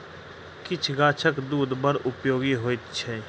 किछ गाछक दूध बड़ उपयोगी होइत छै